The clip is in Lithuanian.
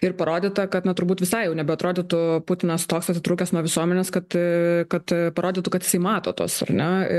ir parodyta kad na turbūt visai jau nebeatrodytų putinas toks atitrūkęs nuo visuomenės kad kad parodytų kad jisai mato tuos ar ne